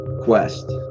quest